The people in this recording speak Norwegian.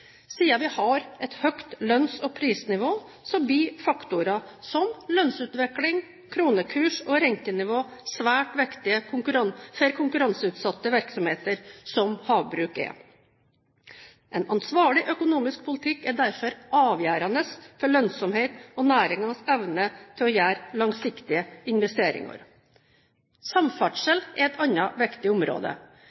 vi har et høyt lønns- og prisnivå, blir faktorer som lønnsutvikling, kronekurs og rentenivå svært viktige for konkurranseutsatte virksomheter, som havbruk er. En ansvarlig økonomisk politikk er derfor avgjørende for lønnsomhet og næringens evne til å gjøre langsiktige investeringer.